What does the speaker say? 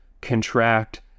contract